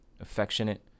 affectionate